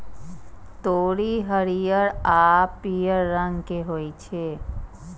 तोरी हरियर आ पीयर रंग के होइ छै